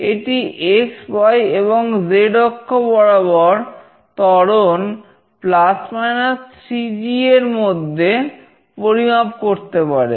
এটি xy এবং z অক্ষ বরাবর ত্বরণ 3g এর মধ্যে পরিমাপ করতে পারে